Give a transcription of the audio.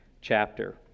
chapter